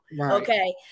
Okay